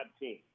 team